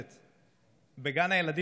שיכולים להיות מוכנים וצריכים לעלות לגני הילדים,